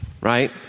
right